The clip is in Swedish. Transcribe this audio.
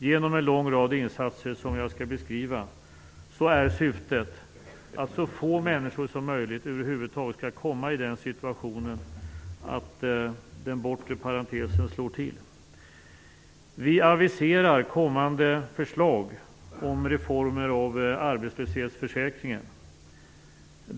Genom en lång rad insatser, som jag skall beskriva, är syftet att så få människor som möjligt över huvud taget skall komma i den situationen att den bortre parentesen slår till. Vi aviserar kommande förslag om reformer av arbetslöshetsförsäkringen.